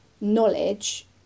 knowledge